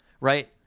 right